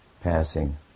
passing